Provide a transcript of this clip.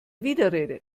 widerrede